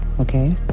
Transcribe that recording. okay